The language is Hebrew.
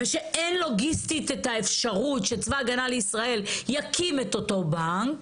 ושאין לוגיסטית את האפשרות שצבא הגנה לישראל יקים את אותו בנק.